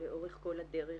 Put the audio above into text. לאורך כל הדרך.